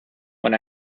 when